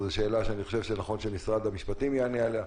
זאת שאלה שנכון שמשרד המשפטים יענה עליה,